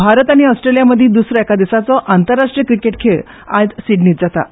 भारत आनी ऑस्ट्रेलिया मदी दूसरो एका दिसाचो अंतर्राष्ट्रीय क्रिकेट खेळ आयज सिडनीत जाता